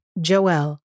Joel